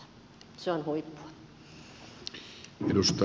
se on huippua